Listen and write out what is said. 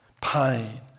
pain